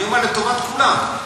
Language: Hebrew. אני אומר לטובת כולם,